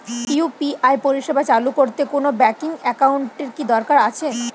UPI পরিষেবা চালু করতে কোন ব্যকিং একাউন্ট এর কি দরকার আছে?